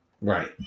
Right